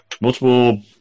Multiple